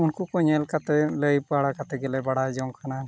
ᱩᱱᱠᱩᱠᱚ ᱧᱮᱞ ᱠᱟᱛᱮᱜ ᱞᱟᱹᱭᱵᱟᱲᱟ ᱠᱟᱛᱮ ᱜᱮᱞᱮ ᱵᱟᱲᱟᱭ ᱡᱚᱝ ᱠᱟᱱᱟ